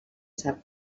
sap